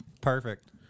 Perfect